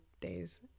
days